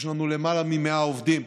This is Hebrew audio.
יש לנו למעלה מ-100 עובדים,